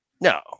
No